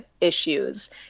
issues